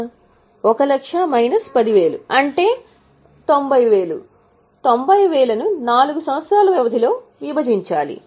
1 lakh minus 10000 అంటే 90000 ను 4 సంవత్సరాల వ్యవధిలో విభజన చేయాలి